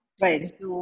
Right